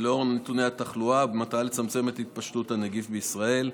לאור נתוני התחלואה במטרה לצמצם את התפשטות הנגיף בישראל.